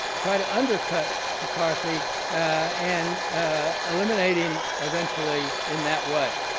try to undercut mccarthy and ah eliminate him eventually in that way.